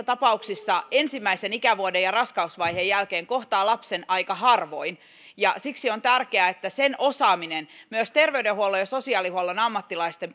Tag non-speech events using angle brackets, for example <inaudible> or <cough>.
<unintelligible> tapauksissa ensimmäisen ikävuoden ja raskausvaiheen jälkeen kohtaa lapsen aika harvoin siksi on tärkeää että sen osaaminen myös terveydenhuollon ja sosiaalihuollon ammattilaisten <unintelligible>